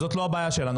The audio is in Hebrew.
זאת לא הבעיה שלנו,